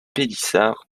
pélissard